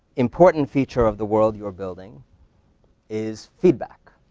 important feature of the world you are building is feedback.